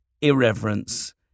irreverence